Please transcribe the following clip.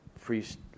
priest